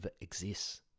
exists